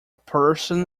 person